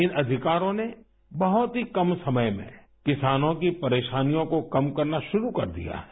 इन अधिकारों ने बहुत ही कम समय में किसानों की परेशानियों को कम करना शुरू कर दिया है